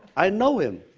i know him.